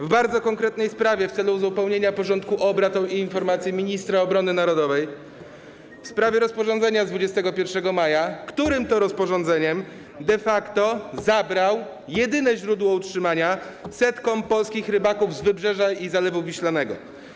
w bardzo konkretnej sprawie, w celu uzupełnienia porządku obrad o informację ministra obrony narodowej w sprawie rozporządzenia z 21 maja, którym to rozporządzeniem de facto zabrał jedyne źródło utrzymania setkom polskich rybaków z Wybrzeża i Zalewu Wiślanego.